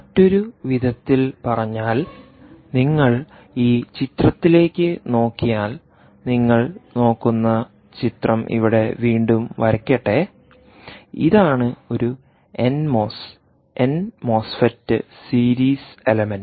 മറ്റൊരു വിധത്തിൽ പറഞ്ഞാൽ നിങ്ങൾ ഈ ചിത്രത്തിലേക്ക് നോക്കിയാൽ നിങ്ങൾ നോക്കുന്ന ചിത്രം ഇവിടെ വീണ്ടും വരയ്ക്കട്ടെ ഇതാണ് ഒരു N MOS N MOSFET series element